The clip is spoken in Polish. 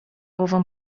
głową